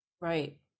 Right